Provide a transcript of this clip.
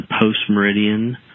post-Meridian